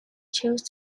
chose